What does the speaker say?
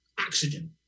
oxygen